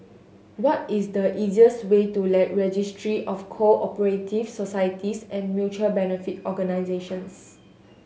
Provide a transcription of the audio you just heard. what is the easiest way to Registry of Co Operative Societies and Mutual Benefit Organisations